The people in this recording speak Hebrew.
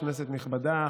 כנסת נכבדה,